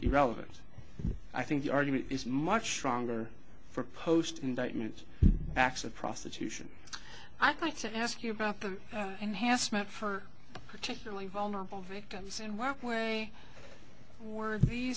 irrelevant i think the argument is much stronger for post indictments acts of prostitution i'd like to ask you about the enhancement for particularly vulnerable victims and why where were these